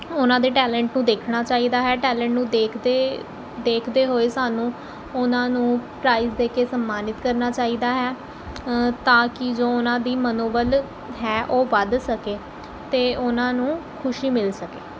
ਉਨ੍ਹਾਂ ਦੇ ਟੈਲੇਂਟ ਨੂੰ ਦੇਖਣਾ ਚਾਹੀਦਾ ਹੈ ਟੈਲੇਂਟ ਨੂੰ ਦੇਖਦੇ ਦੇਖਦੇ ਹੋਏ ਸਾਨੂੰ ਉਹਨਾਂ ਨੂੰ ਪ੍ਰਾਈਜ਼ ਦੇ ਕੇ ਸਨਮਾਨਿਤ ਕਰਨਾ ਚਾਹੀਦਾ ਹੈ ਤਾਂ ਕਿ ਜੋ ਉਹਨਾਂ ਦੀ ਮਨੋਬਲ ਹੈ ਉਹ ਵੱਧ ਸਕੇ ਅਤੇ ਉਹਨਾਂ ਨੂੰ ਖੁਸ਼ੀ ਮਿਲ ਸਕੇ